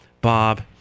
Bob